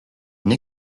une